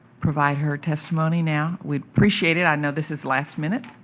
provide her testimony now, we'd appreciate it. i know this is last minute.